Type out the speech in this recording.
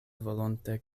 volonte